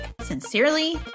sincerely